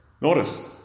Notice